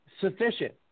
sufficient